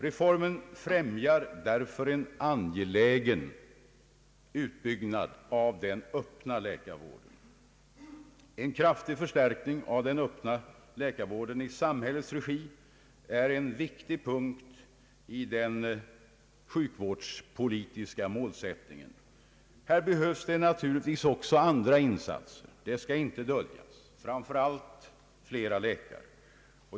Reformen främjar därför en angelägen utbyggnad av den öppna läkarvården. En kraftig förstärkning av den öppna läkarvården i samhällets regi är en viktig punkt i den sjukvårdspolitiska målsättningen. Här behövs naturligtvis också andra insatser — det skall inte döljas — framför allt fler läkare.